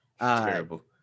Terrible